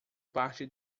parte